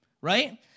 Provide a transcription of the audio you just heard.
right